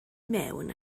mewn